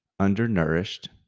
undernourished